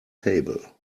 table